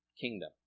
kingdom